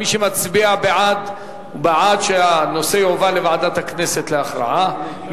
מי שמצביע בעד הוא בעד העברת הנושא לוועדת הכנסת להכרעה,